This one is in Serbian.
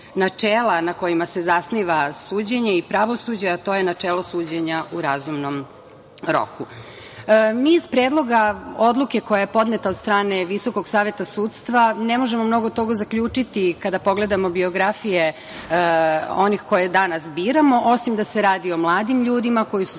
na kojima se zasniva suđenje i pravosuđe, a to je načelo suđenja u razumnom roku. Mi iz Predloga odluke, koja je podneta od strane Visokog saveta sudstva, ne možemo mnogo toga zaključiti kada pogledamo biografije onih koje danas biramo, osim da se radi o mladim ljudima koji su